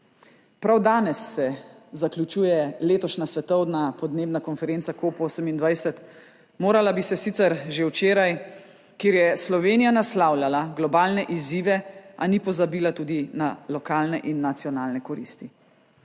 Prav danes se zaključuje letošnja svetovna podnebna konferenca COP28 – morala bi se sicer že včeraj – kjer je Slovenija naslavljala globalne izzive, a ni pozabila tudi na lokalne in nacionalne koristi.